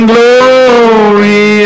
Glory